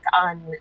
on